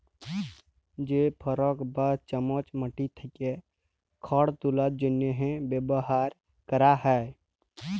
যে ফরক বা চামচ মাটি থ্যাকে খড় তুলার জ্যনহে ব্যাভার ক্যরা হয়